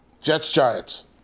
Jets-Giants